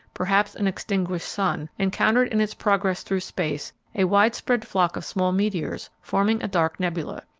perhaps an extinguished sun, encountered in its progress through space a widespread flock of small meteors forming a dark nebula.